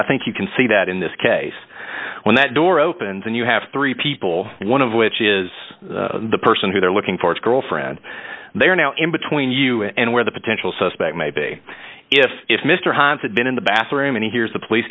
i think you can see that in this case when that door opens and you have three people one of which is the person who they're looking for is girlfriend there now in between you and where the potential suspect may be if if mr han's had been in the bathroom and he hears the police